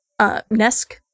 Nesk